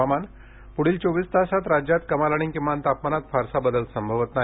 हुवामान पूढील चोवीस तासात राज्यात कमाल आणि किमान तापमानात फारसा बदल संभवत नाही